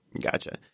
Gotcha